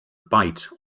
bite